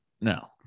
No